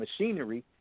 machinery